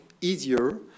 easier